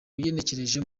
ugenekereje